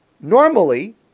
Normally